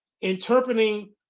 interpreting